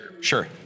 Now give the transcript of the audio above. Sure